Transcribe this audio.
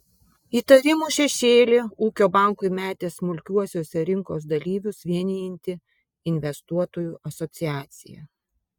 įtarimų šešėlį ūkio bankui metė smulkiuosiuose rinkos dalyvius vienijanti investuotojų asociacija